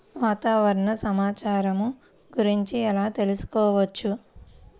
వాతావరణ సమాచారము గురించి ఎలా తెలుకుసుకోవచ్చు?